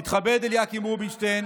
תתכבד, אליקים רובינשטיין